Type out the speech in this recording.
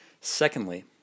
Secondly